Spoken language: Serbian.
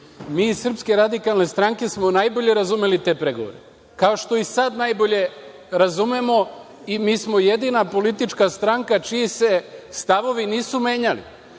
Mi iz SRS smo najbolje razumeli te pregovore, kao što i sad najbolje razumemo i mi smo jedina politička stranka čiji se stavovi nisu menjali.